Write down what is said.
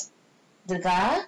now it's yours dudar